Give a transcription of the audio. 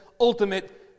ultimate